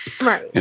Right